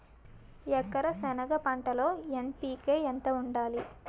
ఎకర సెనగ పంటలో ఎన్.పి.కె ఎంత వేయాలి?